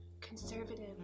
conservative